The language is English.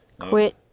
Quit